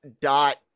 dot